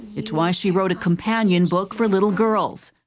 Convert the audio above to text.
it's why she wrote a companion book for little girls.